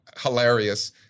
hilarious